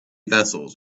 vessels